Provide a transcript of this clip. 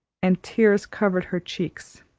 and tears covered her cheeks.